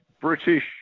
British